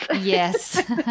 yes